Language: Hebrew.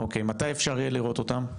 מתי אפשר יהיה לראות אותם?